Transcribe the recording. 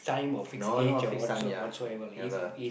no no fix time ya never